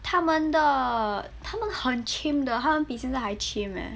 他们的他们很 chim 的他们比现在还 chim eh